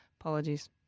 apologies